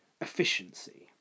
efficiency